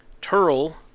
Turl